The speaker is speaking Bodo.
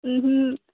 उमहो